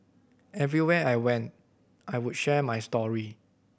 everywhere I went I would share my story